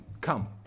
Come